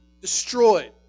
destroyed